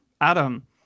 adam